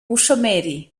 bushomeri